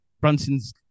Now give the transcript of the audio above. Brunson's